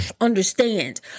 understand